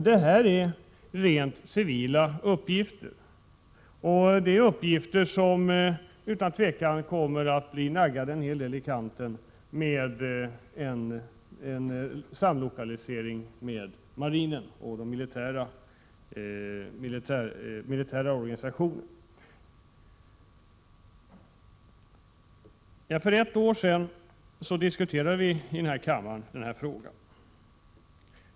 Det här är rent civila uppgifter och uppgifter som utan tvivel kommer att naggas en hel del i kanten vid en samlokalisering med marinen och den militära organisationen. För ett år sedan diskuterade vi den här frågan i kammaren.